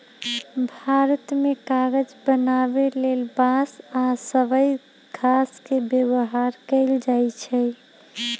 भारत मे कागज बनाबे लेल बांस आ सबइ घास के व्यवहार कएल जाइछइ